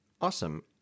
awesome